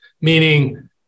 meaning